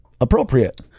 appropriate